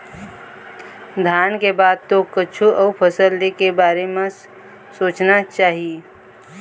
धान के बाद तो कछु अउ फसल ले के बारे म सोचना चाही